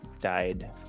died